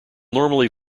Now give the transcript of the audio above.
normally